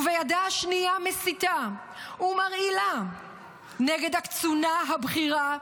ובידה השנייה מסיתה ומרעילה נגד הקצונה הבכירה,